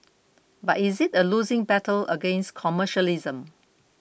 but is it a losing battle against commercialism